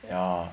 ya